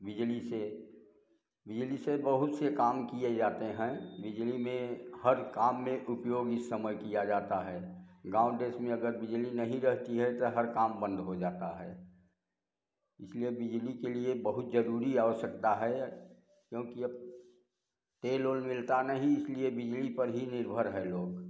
बिजली से बिजली से बहुत से काम किए जाते हैं बिजली में हर काम में उपयोग इस समय किया जाता है गाँव देश में अगर बिजली नहीं रहती है तो हर काम बंद हो जाता है इसलिए बिजली के लिए बहुत जरूरी आवश्यकता है क्योंकि अब तेल वेल मिलता नहीं इसीलिए बिजली पर ही निर्भर हैं लोग